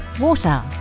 water